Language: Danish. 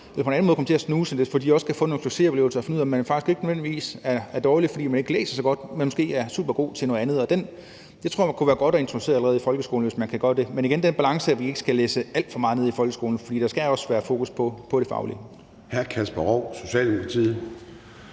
eller på anden måde, for at de også kan få nogle succesoplevelser og finde ud af, at man ikke nødvendigvis er dum, fordi man ikke læser så godt, men måske er supergod til noget andet. Det tror jeg kunne være godt at introducere allerede i folkeskolen, hvis man kunne gøre det. Men igen vil jeg sige, at der skal være den balance i det, at vi ikke læsser alt for meget ned over folkeskolen, for der skal også være fokus på det faglige.